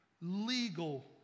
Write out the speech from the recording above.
legal